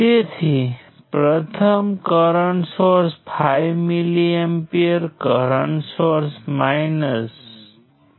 તેથી ત્યાં 5 લૂપ્સ છે અને મારી પાસે B માઈનસ N વત્તા 1 કિર્ચોફ વોલ્ટેજ લો ઈક્વેશન્સ હોઈ શકે છે